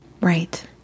Right